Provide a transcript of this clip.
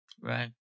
Right